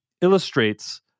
illustrates